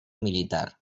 militar